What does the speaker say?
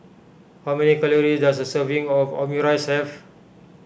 how many calories does a serving of Omurice have